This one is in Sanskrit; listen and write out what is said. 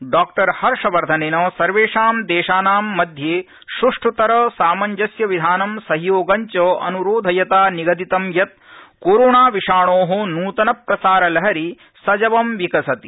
डॉ हर्षवर्धनेन सर्वेषां देशानां मध्ये सृष्ठतर सामंजस्य विधानं सहयोगञ्च अनुरोधयता निगदितं यत् कोरोना विषाणो नूतन प्रसार लहरी सजवं विकसति